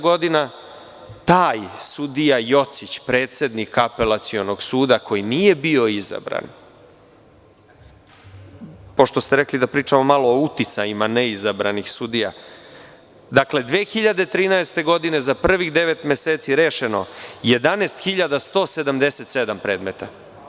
Godina 2013, taj sudija Jocić, predsednik Apelacionog suda, koji nije bio izabran, pošto ste rekli da pričamo malo o uticajima neizabranih sudija, dakle, 2013. godine za prvih devet meseci rešeno je 11.177 predmeta.